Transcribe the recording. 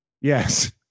Yes